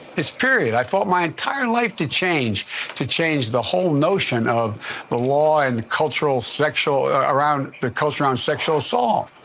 it's period. i fought my entire life to change to change the whole notion of the law and the cultural, sexual around the culture on sexual assault.